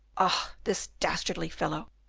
ah! this dastardly fellow,